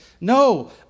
No